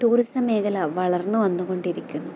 tourism മേഖല വളര്ന്നു വന്നുകൊണ്ടിരിക്കുന്നു